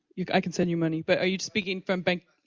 look i can send you money but are you speaking from bank,